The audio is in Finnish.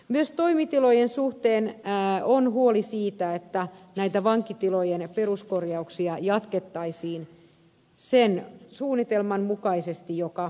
myös toimitilojen suhteen on huoli siitä että näitä vankitilojen peruskorjauksia jatkettaisiin sen suunnitelman mukaisesti joka nyt on